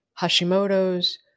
Hashimoto's